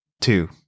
Two